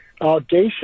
audacious